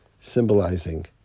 symbolizing